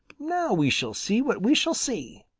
now we shall see what we shall see,